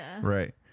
Right